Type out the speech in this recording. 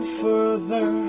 further